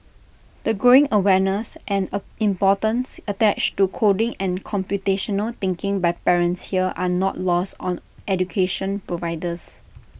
the growing awareness and A importance attached to coding and computational thinking by parents here are not lost on education providers